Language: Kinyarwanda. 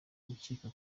gukeka